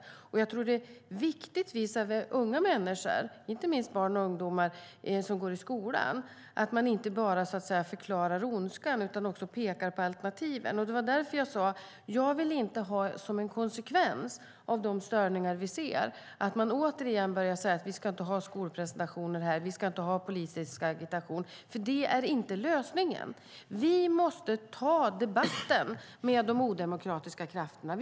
Jag tror också att det är viktigt visavi unga människor, inte minst barn och ungdomar som går i skolan, att man inte bara förklarar ondskan utan också pekar på alternativen. Det var därför jag sade att jag inte vill ha som en konsekvens av de störningar vi ser att man återigen börjar säga: Vi ska inte ha skolpresentationer här; vi ska inte ha politisk agitation. Det är inte lösningen. Vi måste ta debatten med de odemokratiska krafterna.